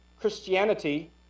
Christianity